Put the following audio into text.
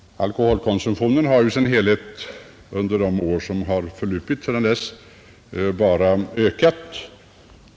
Alkoholkonsumtionen i dess helhet har under de år som förflutit bara ökat.